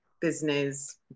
business